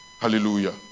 Hallelujah